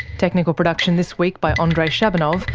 technical production this week by andrei shabunov,